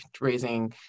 raising